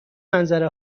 منظره